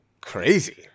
Crazy